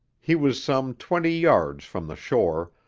he was some twenty yards from the shore,